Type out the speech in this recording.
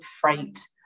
freight